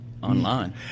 Online